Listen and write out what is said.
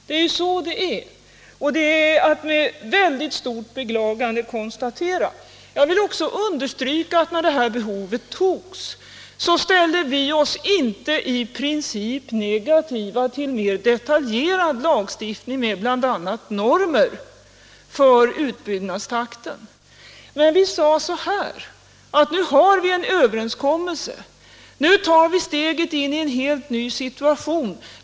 Det är detta som man med väldigt stort beklagande måste konstatera. Jag vill också understryka att vi när beslutet fattades i princip inte ställde oss negativa till en mer detaljerad lagstiftning med bl.a. normer för utbyggnadstakten. Men vi resonerade så här: Nu har vi en överenskommelse och tar steget in i en helt ny situation.